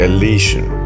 Elation